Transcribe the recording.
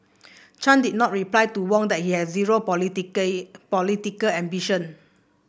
Chan did not reply to Wong that he has zero political ambition